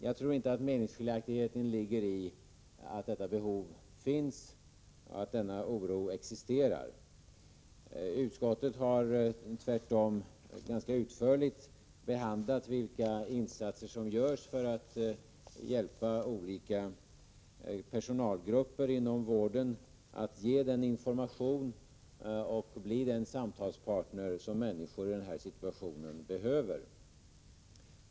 Jag tror inte att det råder någon meningsskiljaktighet om att detta behov finns och denna oro existerar. Utskottet har tvärtom ganska utförligt behandlat frågan om vilka insatser som görs för att hjälpa olika personalgrupper inom vården att ge information och bli den samtalspartner som människor i denna situation behöver.